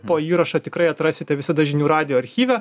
po įrašo tikrai atrasite visada žinių radijo archyve